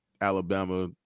Alabama